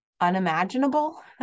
unimaginable